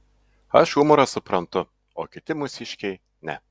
aš humorą suprantu o kiti mūsiškiai ne